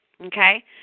okay